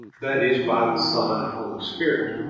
that is, by the son and holy spirit,